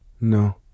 no